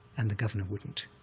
and the governor wouldn't,